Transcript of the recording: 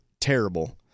terrible